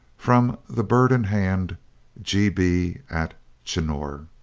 from the bird in hand g. b. at chinnor.